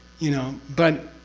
you know? but.